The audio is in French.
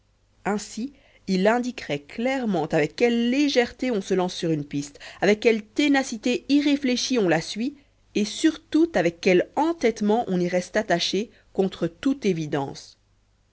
ainsi il indiquerait clairement avec quelle légèreté on se lance sur une piste avec quelle ténacité irréfléchie on la suit et surtout avec quel entêtement on y reste attaché contre toute évidence